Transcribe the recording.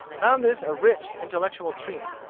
found this a rich intellectual treat.